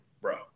bro